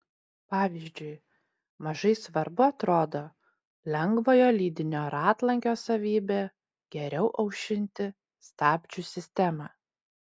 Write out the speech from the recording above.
pavyzdžiui mažai svarbu atrodo lengvojo lydinio ratlankio savybė geriau aušinti stabdžių sistemą